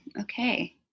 Okay